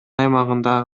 аймагында